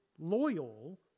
loyal